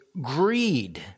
greed